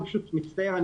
אני מצטער,